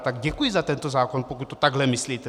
Tak děkuji za tento zákon, pokud to takto myslíte.